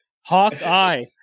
Hawkeye